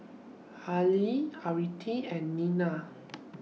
Haley Aretha and Ninnie